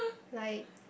like